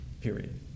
Period